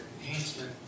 enhancement